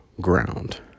ground